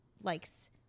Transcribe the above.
likes